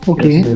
Okay